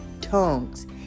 tongues